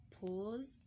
pause